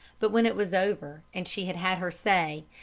but when it was over, and she had had her say,